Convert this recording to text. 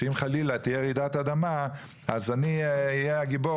שאם חלילה תהיה רעידת אדמה אז אני אהיה הגיבור